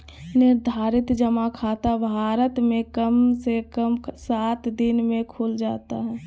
निर्धारित जमा खाता भारत मे कम से कम सात दिन मे खुल जाता हय